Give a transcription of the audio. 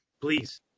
please